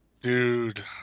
Dude